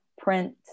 print